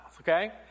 okay